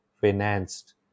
financed